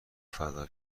فدا